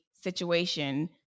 situation